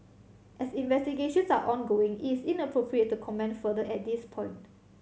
as investigations are ongoing it is inappropriate to comment further at this point